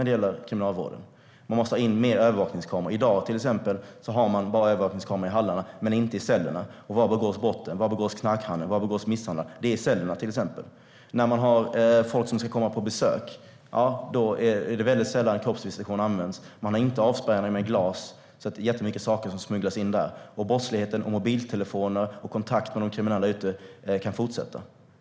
Det måste in fler övervakningskameror. I dag finns övervakningskameror i hallarna men inte i cellerna. Men var begås knarkhandeln och misshandeln? Jo, i cellerna. När folk kommer på besök kroppsvisiteras de sällan. Det finns ingen avspärrning med glas, så mycket smugglas in. Då kan brottsligheten fortsätta genom mobiltelefonkontakt med kriminella utanför.